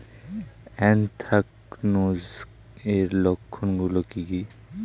Anthracnose এর লক্ষণ গুলো কি কি?